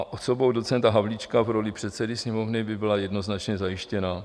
Osobou docenta Havlíčka v roli předsedy Sněmovny by byla jednoznačně zajištěna.